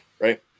right